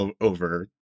over